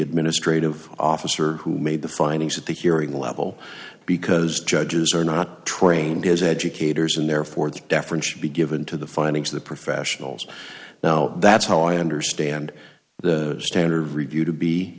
administrative officer who made the findings at the hearing level because judges are not trained as educators in their fourth deference should be given to the findings of the professionals now that's how i understand the standard of review to be